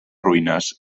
ruïnes